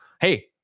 Hey